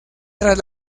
tras